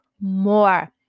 more